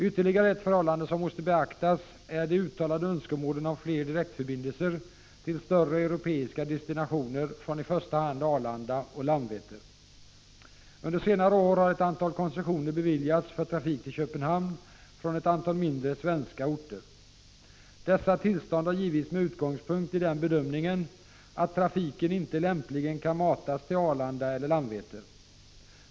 Ytterligare ett förhållande som måste beaktas är de uttalade önskemålen om fler direktförbindelser med större europeiska destinationer från i första hand Arlanda och Landvetter. Under senare år har ett antal koncessioner beviljats för trafik till Köpenhamn från ett antal mindre svenska orter. Dessa tillstånd har givits med utgångspunkt i den bedömningen att trafiken lämpligen inte kan matas till Arlanda eller Landvetter.